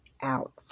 out